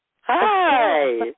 Hi